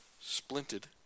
splinted